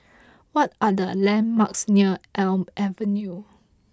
what are the landmarks near Elm Avenue